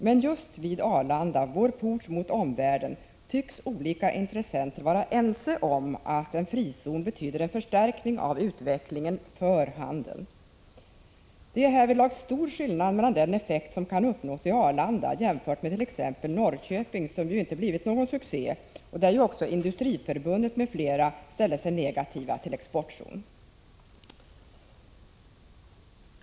Men just vid Arlanda, vår port mot omvärlden, tycks olika intressenter vara ense om att en frizon betyder en förstärkning av utvecklingen för handeln. Det är härvidlag stor skillnad mellan den effekt som kan uppnås vid Arlanda jämfört med t.ex. Norrköping, där det ju inte blivit någon succé och där också Industriförbundet m.fl. ställde sig negativa till en exportzon.